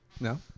No